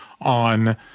on